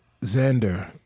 Xander